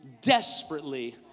desperately